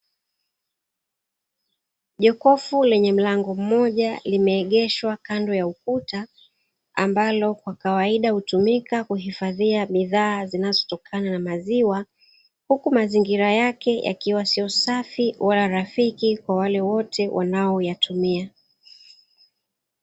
Jokofu lenye mlango mmoja limeegeshwa kando ya ukuta, ambalo kwa kawaida hutumika kuhifadhia bidhaa zinazotokana na maziwa, huku mazingira yake yakiwa sio usafi wala rafiki kwa wale wote wanaoyatumia.